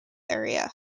area